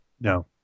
No